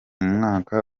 mwaka